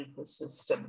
ecosystem